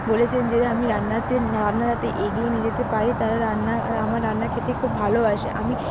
বলেছেন যে আমি রান্নাতে রান্না যাতে এগিয়ে নিয়ে যেতে পারি তারা রান্না আমার রান্না খেতে খুব ভালোবাসে আমি